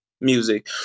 music